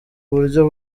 buryo